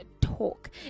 talk